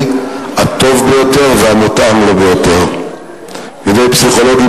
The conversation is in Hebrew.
הטוב ביותר והמותאם לו ביותר מידי פסיכולוגים